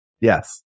Yes